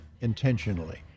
intentionally